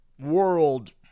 world